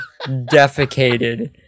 defecated